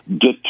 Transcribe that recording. get